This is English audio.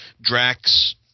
Drax